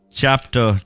chapter